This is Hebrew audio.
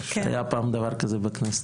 היה פעם דבר כזה בכנסת.